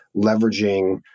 leveraging